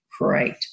great